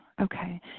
Okay